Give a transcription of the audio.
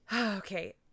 okay